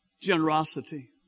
Generosity